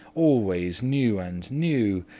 always new and new,